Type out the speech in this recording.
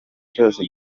cyose